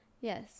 yes